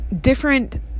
different